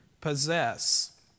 possess